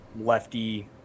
lefty